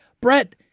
Brett